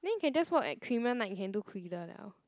then can just what creamier night can do quenelle liao